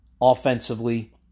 offensively